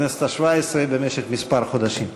בכנסת השבע-עשרה במשך חודשים מספר.